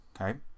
Okay